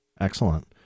Excellent